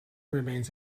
remains